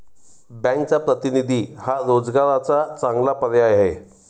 बँकचा प्रतिनिधी हा रोजगाराचा चांगला पर्याय आहे